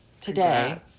Today